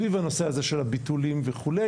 סביב הנושא הזה של הביטולים וכו',